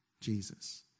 Jesus